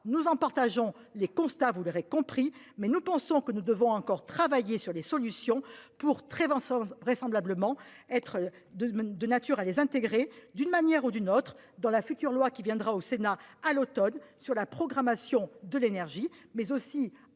nous en partageons les constats. Vous l'aurez compris, mais nous pensons que nous devons encore travailler sur les solutions pour très Vincent vraisemblablement être deux semaines de nature à les intégrer. D'une manière ou d'une autre dans la future loi qui viendra au Sénat à l'Automne sur la programmation de l'énergie mais aussi à partir